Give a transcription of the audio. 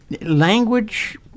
language